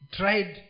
tried